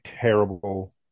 terrible